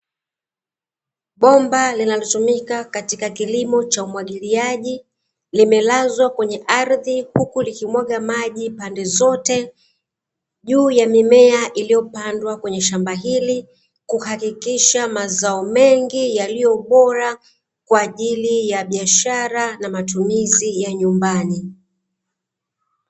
Bomba linalotumika katika kilimo cha umwagiliaji, limelazwa kwenye ardhi huku likimwaga maji pande zote; juu ya mimea iliyopandwa kwenye shamba hili kuhakikisha mazao mengi yaliyobora kwa ajili ya biashara na matumizi ya nyumbani.